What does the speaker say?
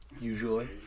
usually